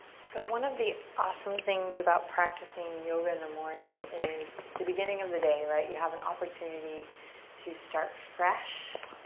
so one of the awesome things about practicing yoga in the morning is it's the beginning of the day, right? you have an opportunity to start fresh,